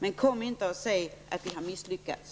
Men kom inte och säg att vi har misslyckats!